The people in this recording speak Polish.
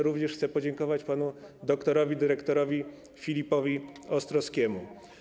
Również chcę podziękować panu dyrektorowi dr. Filipowi Ostrowskiemu.